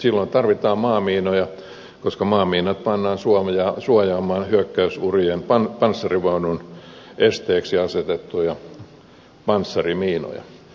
silloin tarvitaan maamiinoja koska maamiinat pannaan suojaamaan panssarivaunun esteeksi asetettuja panssarimiinoja